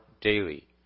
daily